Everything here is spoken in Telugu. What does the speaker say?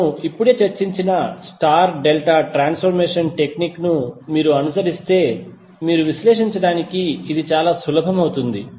మనము ఇప్పుడే చర్చించిన స్టార్ డెల్టా ట్రాన్స్ఫర్మేషన్ టెక్నిక్ ను మీరు అనుసరిస్తే మీరు విశ్లేషించడానికి ఇది చాలా సులభం అవుతుంది